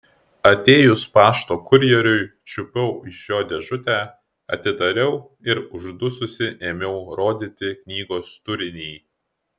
atėjus pašto kurjeriui čiupau iš jo dėžutę atidariau ir uždususi ėmiau rodyti knygos turinį